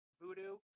Voodoo